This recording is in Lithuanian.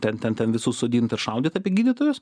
ten ten ten visus sodint ir šaudyt apie gydytojus